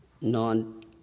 non